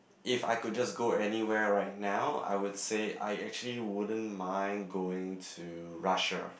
if I could just go anyway right now I would say I actually wouldn't mind going to Russia